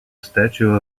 statue